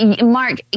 Mark